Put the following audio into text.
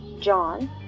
John